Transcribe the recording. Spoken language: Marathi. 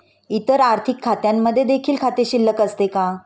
इतर आर्थिक खात्यांमध्ये देखील खाते शिल्लक असते का?